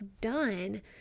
done